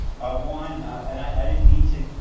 juan and i didn't mean to,